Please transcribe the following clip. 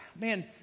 man